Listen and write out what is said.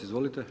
Izvolite.